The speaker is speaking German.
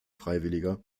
freiwilliger